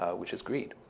ah which is greed.